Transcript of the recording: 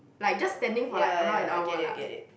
ah ya ya I get it I get it